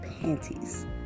panties